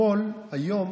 השמאל היום